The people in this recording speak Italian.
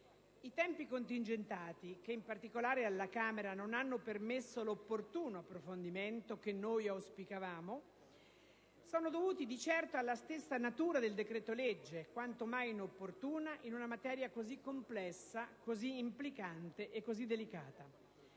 I tempi contingentati, che in particolare alla Camera non hanno permesso l'opportuno approfondimento che noi auspicavamo, sono dovuti di certo alla stessa natura del decreto-legge quanto mai inopportuna in una materia così complessa, così implicante e così delicata.